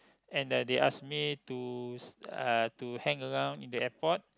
and uh they ask me to uh to hang around in the airport